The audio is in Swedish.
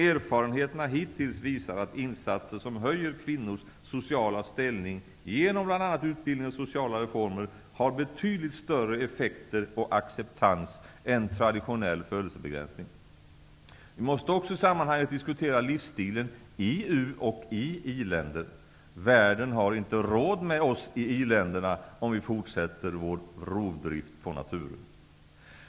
Erfarenheterna hittills visar att insatser som höjer kvinnors sociala ställning genom bl.a. utbildning och sociala reformer har betydligt större effekter och acceptans än traditionell födelsebegränsning. Vi måste också i sammanhanget diskutera livsstilen i u och i-länder. Världen har inte råd med oss i i-länderna om vi fortsätter vår rovdrift på naturen.